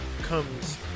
comes